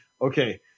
okay